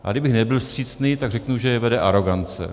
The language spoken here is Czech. A kdybych nebyl vstřícný, tak řeknu, že je vede arogance.